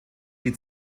die